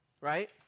right